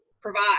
provide